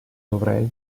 dovrei